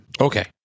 Okay